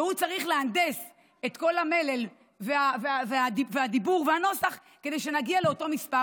והוא צריך להנדס את כל המלל והדיבור והנוסח כדי שנגיע לאותו מספר,